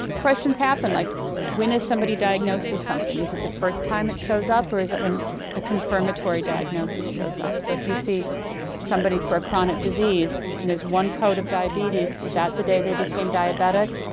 questions happen like when is somebody diagnosed with something? is it the first time it shows up or is it when the confirmatory diagnosis shows up? so if you see somebody for a chronic disease and there's one code of diabetes, is that the day they became diabetic?